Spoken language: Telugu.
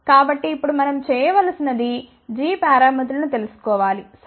కాబట్టి ఇప్పుడు మనం చేయవలసినది g పారామితులను తెలుసుకోవాలి సరే